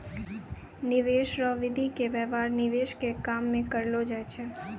निवेश रो विधि के व्यवहार निवेश के काम मे करलौ जाय छै